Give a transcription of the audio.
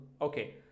okay